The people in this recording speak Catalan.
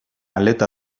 aleta